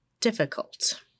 difficult